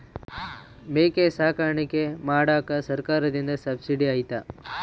ಮೇಕೆ ಸಾಕಾಣಿಕೆ ಮಾಡಾಕ ಸರ್ಕಾರದಿಂದ ಸಬ್ಸಿಡಿ ಐತಾ?